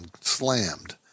slammed